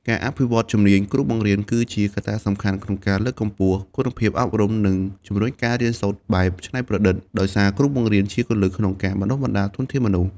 ការអភិវឌ្ឍន៍ជំនាញគ្រូបង្រៀនគឺជាកត្តាសំខាន់ក្នុងការលើកកម្ពស់គុណភាពអប់រំ និងជំរុញការរៀនសូត្របែបច្នៃប្រឌិត ដោយសារគ្រូបង្រៀនជាគន្លឹះក្នុងការបណ្តុះបណ្តាលធនធានមនុស្ស។